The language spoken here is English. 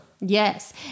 Yes